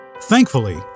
thankfully